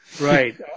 right